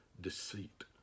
deceit